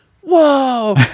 whoa